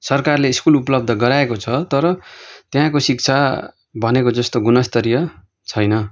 सरकारले स्कुल उपलब्ध गराएको छ तर त्यहाँको शिक्षा भनेको जस्तो गुणस्तरीय छैन